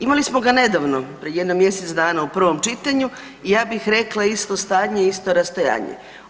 Imali smo ga nedavno, prije jedno mjesec dana u prvom čitanju i ja bih rekla isto stanje, isto rastojanje.